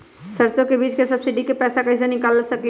सरसों बीज के सब्सिडी के पैसा कईसे निकाल सकीले?